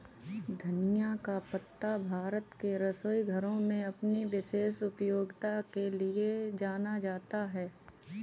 धनिया का पत्ता भारत के रसोई घरों में अपनी विशेष उपयोगिता के लिए जाना जाता है